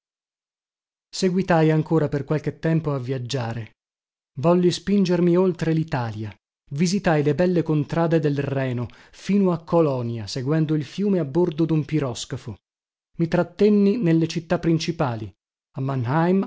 seguitai ancora per qualche tempo a viaggiare volli spingermi oltre litalia visitai le belle contrade del reno fino a colonia seguendo il fiume a bordo dun piroscafo mi trattenni nelle città principali